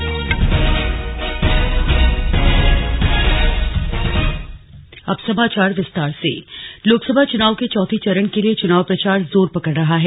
slug Lok Sabha चुनाव लोकसभा चुनाव के चौथे चरण के लिए चुनाव प्रचार जोर पकड़ रहा है